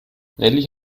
nelly